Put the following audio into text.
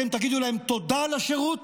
אתם תגידו להם תודה על השירות,